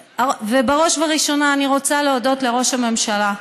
ובראש ובראשונה אני רוצה להודות לראש הממשלה,